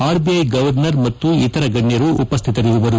RBI governor ಮತ್ತು ಇತರ ಗಣ್ಯರು ಉಪಸ್ವಿತರಿರಲಿದ್ದಾರೆ